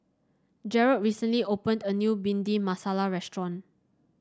Jerald recently opened a new Bhindi Masala restaurant